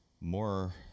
more